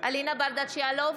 אלינה ברדץ' יאלוב,